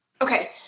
Okay